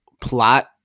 plot